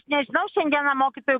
nežinau šiandieną mokytojų